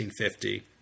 1950